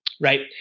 right